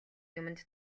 юманд